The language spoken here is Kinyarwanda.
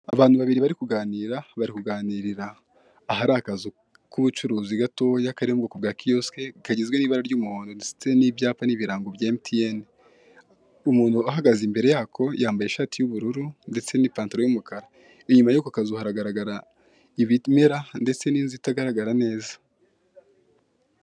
Abantu babiri bari kuganira, bari kuganirira ahari akazu k' ubucuruzi gataya kari mu moka ya kiyosike kagizwe n' ibara ry' umuhondo ndetse n' ibyapa n' ibirango bya MTN. Umuntu ahagaze imbere yako yambaye ishati y' ubururu ndetse n' ipantaro y' umukara inyuma yako kazu haragaragara ibimera ndetse n' inzu itagaragara neza.